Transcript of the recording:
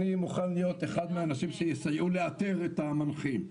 אני מוכן להיות אחד מהאנשים שיסייעו לאתר את המנחים.